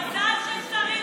מזל ששרים מתחלפים.